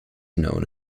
known